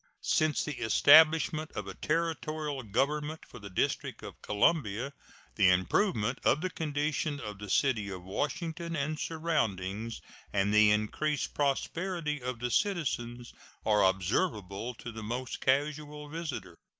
since the establishment of a territorial government for the district of columbia the improvement of the condition of the city of washington and surroundings and the increased prosperity of the citizens are observable to the most casual visitor.